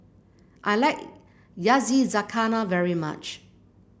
I like Yakizakana very much